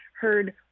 heard